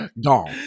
Dong